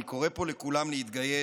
אני קורא פה לכולם להתגייס